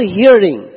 hearing